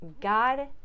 God